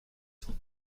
cent